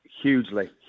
Hugely